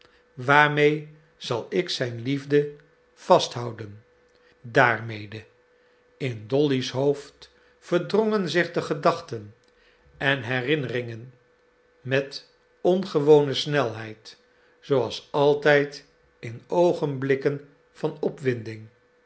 waarmee zal ik zijn liefde vasthouden daarmede in dolly's hoofd verdrongen zich de gedachten en herinneringen met ongewone snelheid zooals altijd in oogenblikken van opwinding